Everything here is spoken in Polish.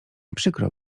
przykro